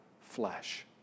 flesh